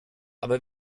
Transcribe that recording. aber